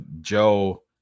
Joe